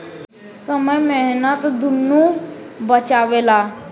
समय मेहनत दुन्नो बचावेला